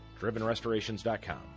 DrivenRestorations.com